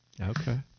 Okay